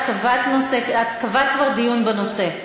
שאת קבעת כבר דיון בנושא.